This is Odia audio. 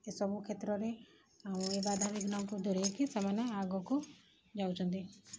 ଏସବୁ କ୍ଷେତ୍ରରେ ଆଉ ଏ ବାଧାବିଘ୍ନକୁ ଦୂରେଇକି ସେମାନେ ଆଗକୁ ଯାଉଛନ୍ତି